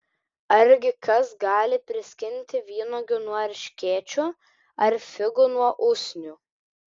argi kas gali priskinti vynuogių nuo erškėčių ar figų nuo usnių